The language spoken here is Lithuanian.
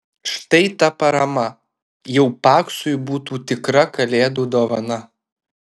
štai ta parama jau paksui būtų tikra kalėdų dovana